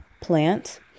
plant